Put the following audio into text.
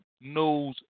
knows